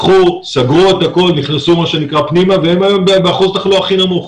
סגרו את הכול ונכנסו מה שנקרא פנימה והם היום באחוז תחלואה הכי נמוך.